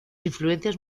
influencias